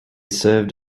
served